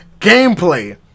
gameplay